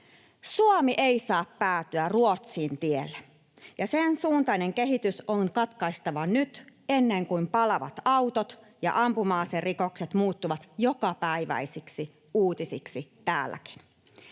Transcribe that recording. Suomi ei saa päätyä Ruotsin tielle, ja sen suuntainen kehitys on katkaistava nyt, ennen kuin palavat autot ja ampuma-aserikokset muuttuvat jokapäiväisiksi uutisiksi täälläkin.